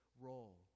role